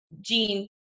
gene